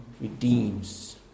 redeems